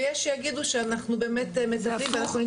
ויש שיגידו שאנחנו באמת מזהים ויכולים לטפל.